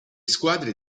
squadre